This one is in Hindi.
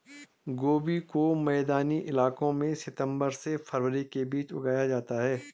गोभी को मैदानी इलाकों में सितम्बर से फरवरी के बीच उगाया जाता है